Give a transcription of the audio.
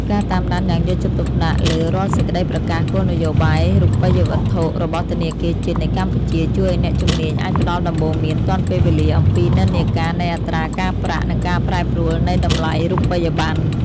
ការតាមដានយ៉ាងយកចិត្តទុកដាក់លើរាល់សេចក្ដីប្រកាសគោលនយោបាយរូបិយវត្ថុរបស់ធនាគារជាតិនៃកម្ពុជា ជួយឱ្យអ្នកជំនាញអាចផ្ដល់ដំបូន្មានទាន់ពេលវេលាអំពីនិន្នាការនៃអត្រាការប្រាក់ និងការប្រែប្រួលនៃតម្លៃរូបិយបណ្ណ។